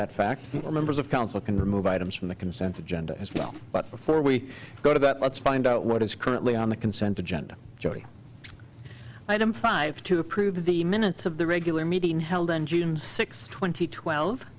that fact all members of council can remove items from the consent agenda as well but before we go to that let's find out what is currently on the consent agenda item five to approve the minutes of the regular meeting held on june sixth twenty twelve